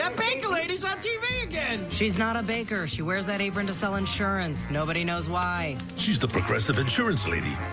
um baker lady's on tv again. she's not a baker. she wears that apron to sell insurance. nobody knows why. she's the progressive insurance lady.